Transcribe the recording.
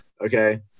okay